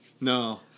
No